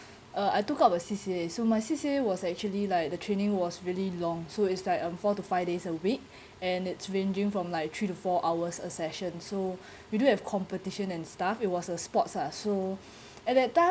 uh I took up a C_C_A so my C_C_A was actually like the training was really long so it's like um four to five days a week and it's ranging from like three to four hours a session so you do have competition and stuff it was a sport uh so at that time